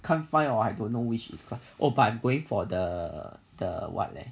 can't find or I don't know which is class but I am going for the the what leh